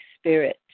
Spirit